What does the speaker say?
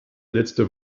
letzte